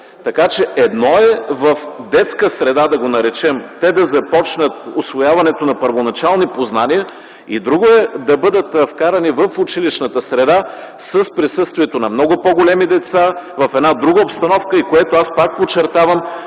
развитие. Едно е в детска среда, да го наречем, те да започнат усвояването на първоначални познания и е друго да бъдат вкарани в училищната среда с присъствието на много по-големи деца – в една друга обстановка, и което аз пак подчертавам,